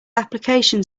application